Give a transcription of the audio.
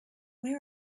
where